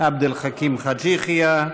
עבד אל חכים חאג' יחיא,